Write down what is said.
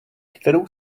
kterou